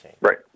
Right